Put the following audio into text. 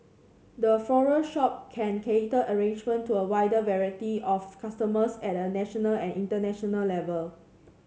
the floral shop can cater arrangements to a wider variety of customers at a national and international level